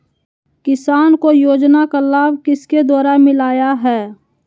किसान को योजना का लाभ किसके द्वारा मिलाया है?